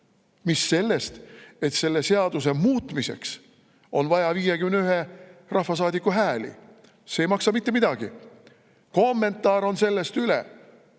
Mis sellest, et selle seaduse muutmiseks on vaja 51 rahvasaadiku häält – see ei maksa mitte midagi, kommentaar on sellest üle.